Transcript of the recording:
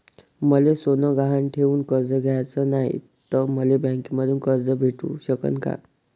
मले सोनं गहान ठेवून कर्ज घ्याचं नाय, त मले बँकेमधून कर्ज भेटू शकन का?